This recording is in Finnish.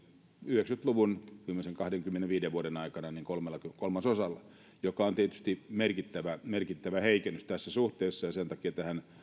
yhdeksänkymmentä luvun viimeisen kahdenkymmenenviiden vuoden aikana kolmasosalla mikä on tietysti merkittävä merkittävä heikennys tässä suhteessa sen takia